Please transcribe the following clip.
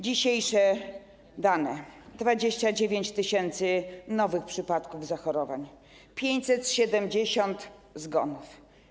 Dzisiejsze dane: 29 tys. nowych przypadków zachorowań, 570 zgonów.